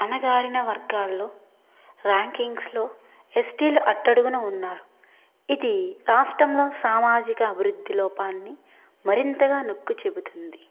అణగారిన వర్గాల్లో ర్యాంకింగ్స్లో ఎస్టీలు అట్టడుగున ఉన్నారు ఇది రాష్ట్రంలో సామాజిక అభివృద్ధి లోపాన్ని మరింతగా నొక్కి చెబుతుంది